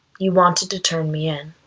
you wanted to turn me in.